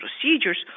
procedures